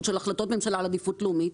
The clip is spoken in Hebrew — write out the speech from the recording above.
של החלטות ממשלה על עדיפות לאומית,